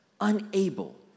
unable